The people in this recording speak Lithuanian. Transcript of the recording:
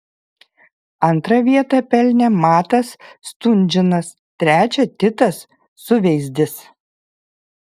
antrą vietą pelnė matas stunžinas trečią titas suveizdis